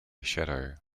shadow